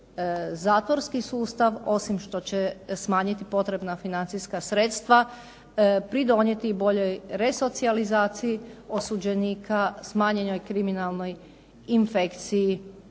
zatvorski sustav, osim što će smanjiti potrebna financijska sredstva pridonijeti i boljoj resocijalizaciji osuđenika, smanjenoj kriminalnoj infekciji